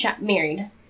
Married